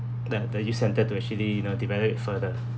the the youth centre to actually you know develop it further